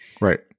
Right